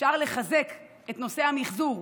אפשר לחזק את נושא המִחזור,